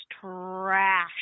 trash